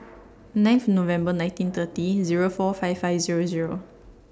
ninth November nineteen thirty Zero four five five Zero Zero